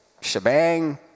shebang